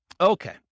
Okay